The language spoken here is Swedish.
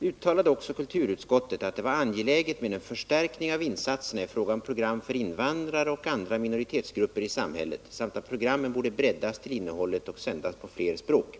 uttalade också kulturutskottet att det var angeläget med en förstärkning av insatserna i fråga om program för invandrare och andra minoritetsgrupper i samhället samt att programmen borde breddas till innehållet och sändas på fler språk.